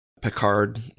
Picard